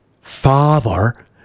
father